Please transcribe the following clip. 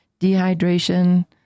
dehydration